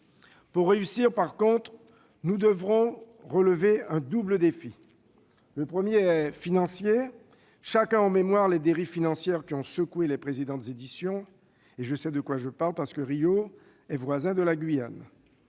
pour réussir, nous devrons relever un double défi. Le premier défi est financier. Chacun a en mémoire les dérives financières qui ont secoué les précédentes éditions- je sais ce dont je parle, car Rio est voisin de la Guyane.